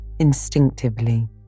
Instinctively